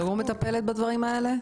היא לא מטפלת בדברים האלה?